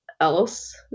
else